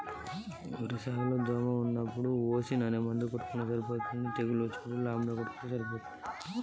వరి సాగు లో దోమ వచ్చినప్పుడు ఏ రసాయనాలు పిచికారీ చేయాలి?